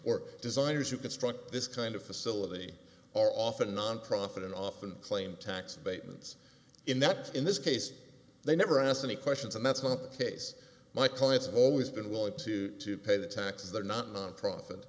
or designers who construct this kind of facility are often nonprofit and often claim tax abatements in that in this case they never asked any questions and that's not the case my clients have always been willing to to pay the taxes they're not nonprofit